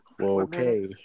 okay